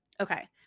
Okay